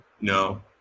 No